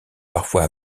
parfois